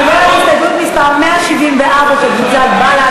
אני עוברת להסתייגות מס' 167 לסעיף 59(3) של קבוצת מרצ.